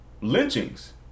lynchings